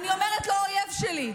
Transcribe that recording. אני אומרת לו: אויב שלי,